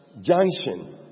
Junction